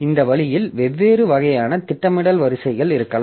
இந்த வழியில் வெவ்வேறு வகையான திட்டமிடல் வரிசைகள் இருக்கலாம்